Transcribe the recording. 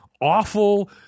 awful